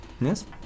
Yes